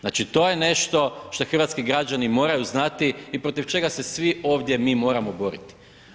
Znači to je nešto šta hrvatski građani moraju znati i protiv čega se svi ovdje mi moramo boriti.